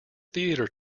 theatre